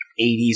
80s